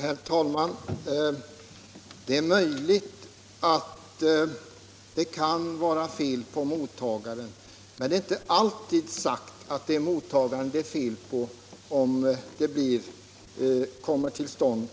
Herr talman! Det är möjligt att det kan vara fel på mottagaren, men det är inte alltid sagt att det är mottagaren det är fel på om en missuppfattning kommer till stånd,